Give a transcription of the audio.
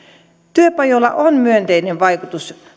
työpajoilla on myönteinen vaikutus